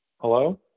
Hello